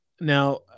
now